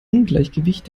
ungleichgewicht